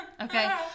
Okay